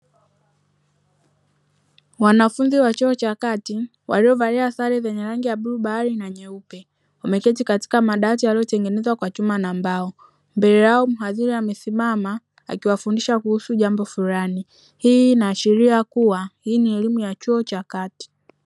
Wanafunzi wa chuo cha kati waliovalia sare za bluu bahari na nyeupe wameketi katika madawati yaliotengenezwa kwa chuma na mbao mbele yao mhadhiri amesimama akiwafundisha kuhusu jambo fulani, hii inaashiria kuwa hii ni elimu ya chuo cha kati.